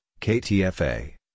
KTFA